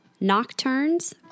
Nocturnes